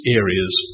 areas